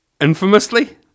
infamously